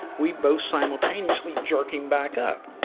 we both simultaneously jerk him back up.